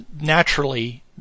Naturally